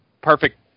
perfect